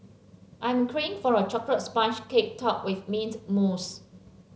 I am craving for a chocolate sponge cake topped with mint mousse